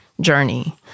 journey